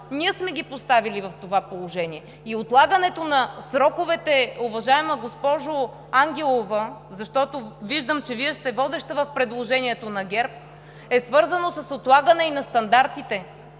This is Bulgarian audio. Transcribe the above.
ние сме ги поставили в това положение. И отлагането на сроковете, уважаема госпожо Ангелова, защото виждам, че Вие сте водеща в предложението на ГЕРБ, е свързано и с отлагане и на стандартите,